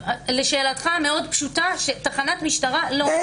לשאלתך המאוד פשוטה תחנת משטרה לא,